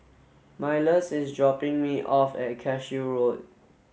Milas is dropping me off at Cashew Road